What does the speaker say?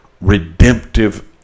redemptive